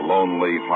Lonely